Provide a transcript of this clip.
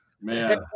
man